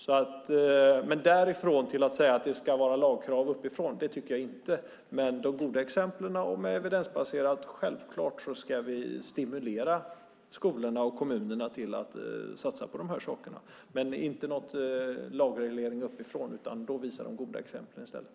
Men lagkrav uppifrån tycker jag inte att det ska vara. Självklart ska vi, med goda exempel och evidensbaserat, stimulera skolorna och kommunerna till att satsa på dessa saker, men inte med någon lagreglering uppifrån. Vi ska visa de goda exemplen i stället.